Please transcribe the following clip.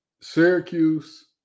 Syracuse